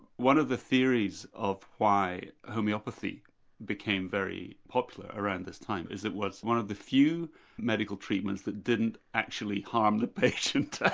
one of the theories of why homeopathy became very popular around this time is it was one of the few medical treatments that didn't actually harm the patient,